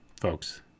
folks